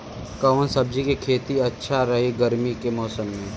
कवना सब्जी के खेती अच्छा रही गर्मी के मौसम में?